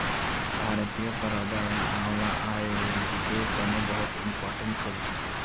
भारतीय करौदा या आंवला आयुर्वेदेर तने बहुत इंपोर्टेंट फल छिके